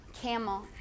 Camel